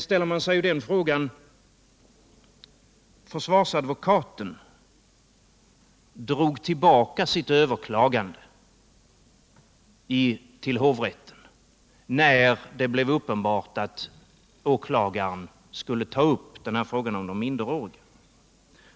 Vidare drog försvarsadvokaten tillbaka sitt överklagande till hovrätten när det blev uppenbart att åklagaren skulle ta upp frågan om de minderåriga.